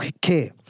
care